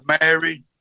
Married